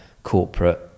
Corporate